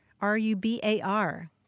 R-U-B-A-R